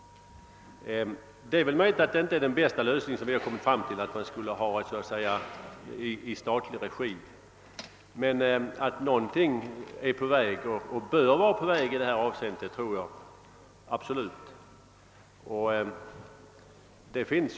Det är möjligt att den bästa lösningen inte är att bedriva jakt i statlig regi, men jag anser att något liknande som i Polen måste genomföras.